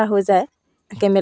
সেইবিলাক কাম শিকাই দিলে